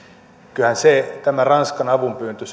kyllähän tämä ranskan avunpyyntö